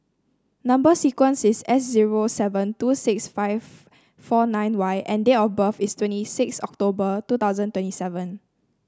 number sequence is S zero seven two six five four nine Y and date of birth is twenty six October two thousand twenty seven